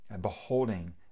beholding